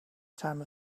time